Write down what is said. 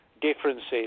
differences